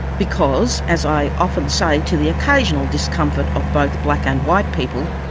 because, as i often say to the occasional discomfort of both black and white people,